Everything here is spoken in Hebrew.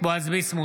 בועז ביסמוט,